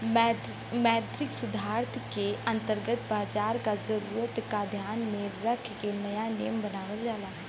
मौद्रिक सुधार के अंतर्गत बाजार क जरूरत क ध्यान में रख के नया नियम बनावल जाला